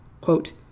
Quote